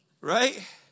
right